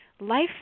life